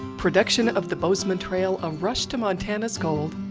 production of the bozeman trail a rush to montana's gold